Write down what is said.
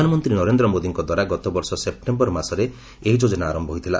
ପ୍ରଧାନମନ୍ତ୍ରୀ ନରେନ୍ଦ୍ର ମୋଦିଙ୍କ ଦ୍ୱାରା ଗତବର୍ଷ ସେପ୍ଟେମ୍ବର ମାସରେ ଏହି ଯୋଜନା ଆରମ୍ଭ ହୋଇଥିଲା